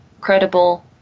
credible